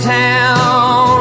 town